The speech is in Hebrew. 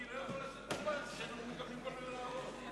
אני לא יכול לשאת במובן שאנחנו מקבלים כל מיני הערות.